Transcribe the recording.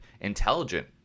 intelligent